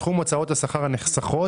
כתוב: "סכום הוצאות השכר הנחסכות,